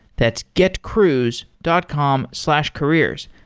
that's getcruise dot com slash careers.